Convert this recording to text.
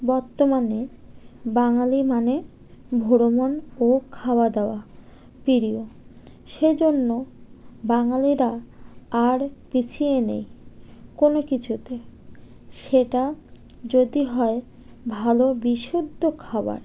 বর্তমানে বাঙালি মানে ভ্রমণ ও খাওয়া দাওয়া প্রিয় সেজন্য বাঙালিরা আর পিছিয়ে নেই কোনো কিছুতে সেটা যদি হয় ভালো বিশুদ্ধ খাবার